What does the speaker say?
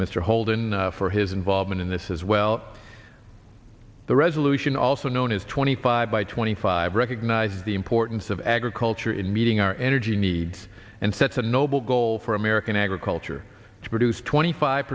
mr holden for his involvement in this as well the resolution also known as twenty five by twenty five recognized the importance of agriculture in meeting our energy needs and sets a noble goal for american agriculture to produce twenty five